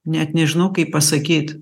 net nežinau kaip pasakyt